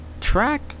track